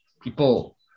People